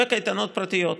וקייטנות פרטיות,